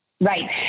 Right